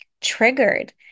triggered